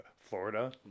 Florida